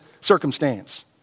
circumstance